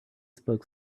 spoke